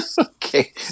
Okay